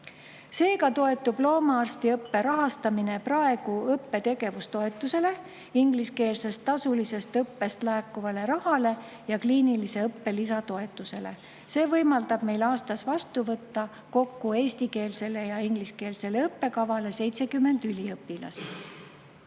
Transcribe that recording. Seega toetub loomaarstiõppe rahastamine praegu õppetegevustoetusele, ingliskeelsest tasulisest õppest laekuvale rahale ja kliinilise õppe lisatoetusele. See võimaldab meil aastas vastu võtta kokku eestikeelsele ja ingliskeelsele õppekavale 70 üliõpilast.